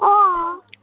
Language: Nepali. अँ